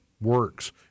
works